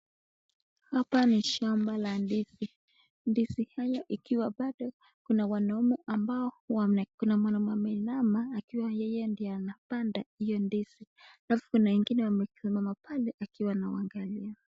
Hapa ni shamba la ndizi, ndizi hio ikiwa bado kuna wanaume ambao, kuna mwanaume ameinama akiwa yeye ndiye anapanda hio ndizi, alafu kuna wengine wamesimama pale akiwa anawaangalia.